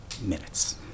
minutes